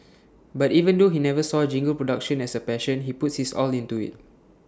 but even though he never saw jingle production as A passion he puts his all into IT